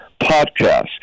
podcasts